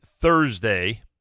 Thursday